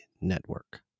Network